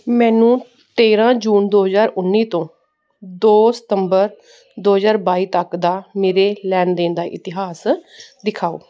ਮੈਨੂੰ ਤੇਰ੍ਹਾਂ ਜੂਨ ਦੋ ਹਜ਼ਾਰ ਉੱਨੀ ਤੋਂ ਦੋ ਸਤੰਬਰ ਦੋ ਹਜ਼ਾਰ ਬਾਈ ਤੱਕ ਦਾ ਮੇਰੇ ਲੈਣ ਦੇਣ ਦਾ ਇਤਿਹਾਸ ਦਿਖਾਓ